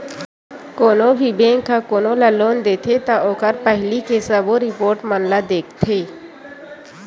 कोनो भी बेंक ह कोनो ल लोन देथे त ओखर पहिली के सबो रिपोट मन ल देखथे